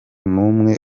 numwe